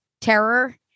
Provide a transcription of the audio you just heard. terror